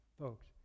folks